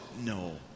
no